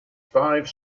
five